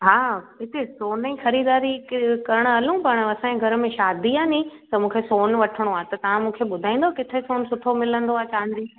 हा किथे सोनजी खरींदारी क करणु हलूं पाण असांजे घर में शादी आहे ने त मूंखे सोन वठिणो आहे त तव्हां मूंखे बुधायंदा किथे सोन सुठो मिलंदो आहे तव्हांजे